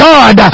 God